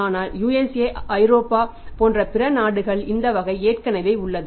ஆனால் USA ஐரோப்பா போன்ற பிற நாடுகளில் இந்த வகை ஏற்கனவே உள்ளது